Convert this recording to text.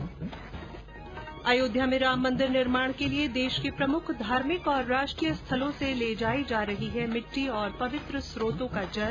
् अयोध्या में राम मंदिर निर्माण के लिए देश के प्रमुख धार्मिक और राष्ट्रीय स्थलों से ले जाई जा रही है मिट्टी और पवित्र स्रोतों का जल